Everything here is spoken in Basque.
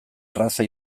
erraza